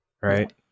right